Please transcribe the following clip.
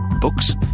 Books